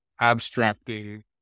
abstracting